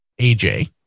AJ